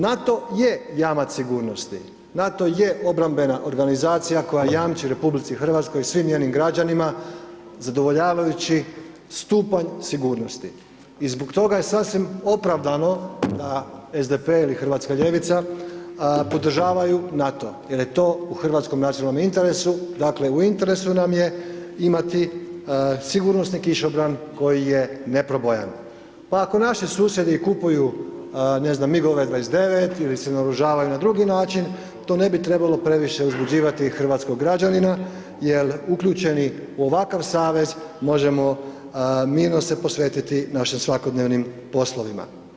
NATO je jamac sigurnosti, NATO je obrambena organizacija koja jamči RH i svim njenim građanima zadovoljavajući stupanj sigurnosti i zbog toga je sasvim opravdano da SDP ili hrvatska ljevica podržavaju NATO jer je to u hrvatskom nacionalnom interesu, dakle, u interesu nam je imati sigurnosni kišobran koji je neprobojan, pa ako naši susjedi kupuju, ne znam, migove 29 ili se naoružavaju na drugi način, to ne bi trebalo previše uzbuđivati hrvatskog građanina jer uključeni u ovakav savez možemo mirno se posvetiti našim svakodnevnim poslovima.